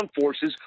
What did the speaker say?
forces